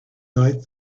night